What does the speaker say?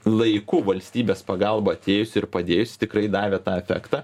laiku valstybės pagalba atėjusi ir padėjusi tikrai davė tą efektą